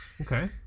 Okay